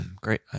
great